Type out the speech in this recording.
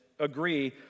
agree